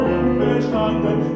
Unverstanden